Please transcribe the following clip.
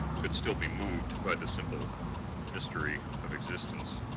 could still be moved but the simple mystery of existence.